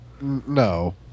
No